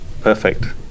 Perfect